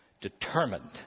determined